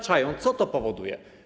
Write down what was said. Co to powoduje?